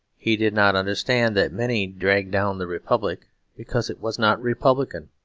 he did not understand that many dragged down the republic because it was not republican,